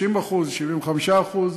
60%, 75% מהמלאי,